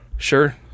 Sure